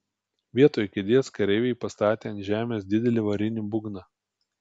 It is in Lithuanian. vietoj kėdės kareiviai pastatė ant žemės didelį varinį būgną